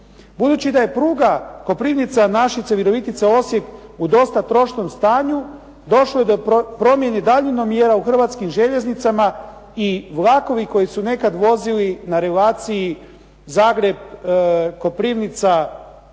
Budući da je pruga Koprivnica-Našice-Virovitica-Osijek u dosta trošnom stanju došlo je do promjene daljinomjera u Hrvatskim željeznicama i vlakovi koji su nekad vozili na relaciji Zagreb-Koprivnica-Osijek